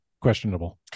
questionable